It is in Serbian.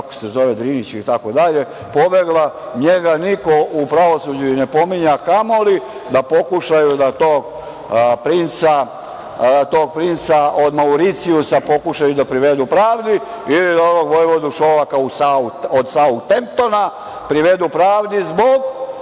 ona direktorka, Drinić, valjda se tako zove, njega niko u pravosuđu i ne pominje, a kamoli da pokušaju da tog princa od Mauricijusa pokušaju da privedu pravdi ili da ovog vojvodu Šolaka od Sautemptona privedu pravdi zbog